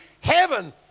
heaven